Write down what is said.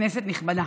כנסת נכבדה,